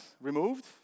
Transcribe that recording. removed